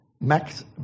Max